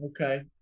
Okay